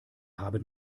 haben